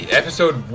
episode